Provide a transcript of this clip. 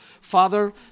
Father